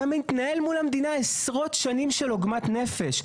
אתה מתנהל מול המדינה, עשרות שנים של עוגמת נפש.